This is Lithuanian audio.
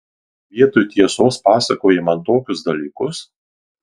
vietoj tiesos pasakoji man tokius dalykus